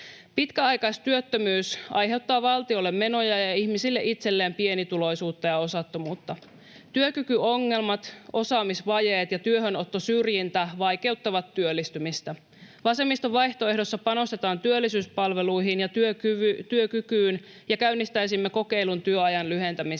Pitkäaikaistyöttömyys aiheuttaa valtiolle menoja ja ihmisille itselleen pienituloisuutta ja osattomuutta. Työkykyongelmat, osaamisvajeet ja työhönottosyrjintä vaikeuttavat työllistymistä. Vasemmiston vaihtoehdossa panostetaan työllisyyspalveluihin ja työkykyyn, ja käynnistäisimme kokeilun työajan lyhentämisestä.